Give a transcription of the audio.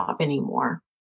anymore